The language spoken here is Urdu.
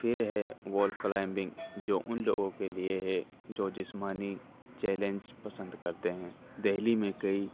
پھر ہے وال کلائمبنگ جو ان لوگوں کے لیے ہے جو جسمانی چیلنج پسند کرتے ہیں دہلی میں کئی